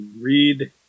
read